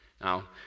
Now